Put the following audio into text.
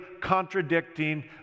contradicting